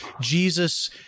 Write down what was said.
jesus